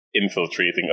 Infiltrating